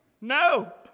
No